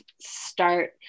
start